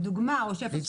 ניוד זכויות.